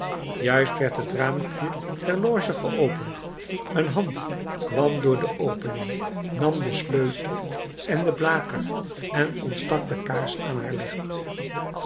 juist werd het raampje der loge geopend een hand kwam door de opening nam den sleutel en den blaker en ontstak de kaars aan haar licht